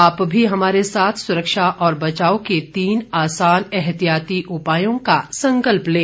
आप भी हमारे साथ सुरक्षा और बचाव के तीन आसान एहतियाती उपायों का संकल्प लें